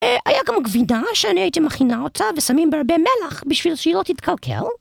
היה גם גבינה שאני הייתי מכינה אותה, ושמים בה הרבה מלח בשביל שלא תתקלקל